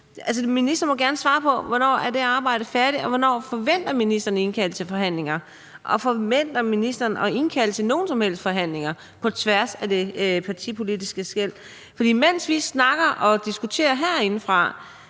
Ministeren må gerne svare på, hvornår det arbejde er færdigt, og hvornår ministeren forventer at indkalde til forhandlinger. Forventer ministeren at indkalde til nogen som helst forhandlinger på tværs af partipolitiske skel? For mens vi snakker og diskuterer herinde,